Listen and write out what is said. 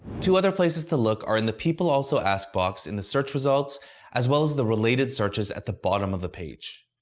two other places to look are in the people also ask box in the search results as well as the related searches at the bottom of the page.